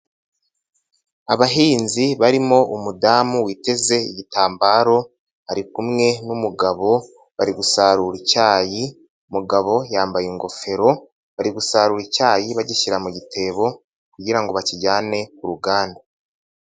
Abahinzi barimo umudamu witeze igitambaro, arikumwe n'umugabo, bari gusarura icyayi, umugabo yambaye ingofero, bari gusarura icyayi bagishyira mu gitebo, kugira ngo bakijyane ku ruganda.